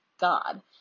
God